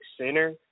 center